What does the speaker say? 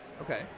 Okay